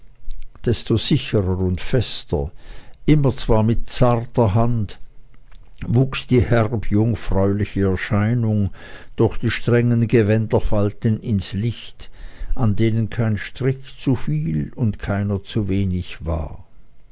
desto sicherer und fester immer zwar mit zarter hand wuchs die herb jungfräuliche erscheinung durch die strengen gewänderfalten ins licht an denen kein strich zuviel und keiner zuwenig war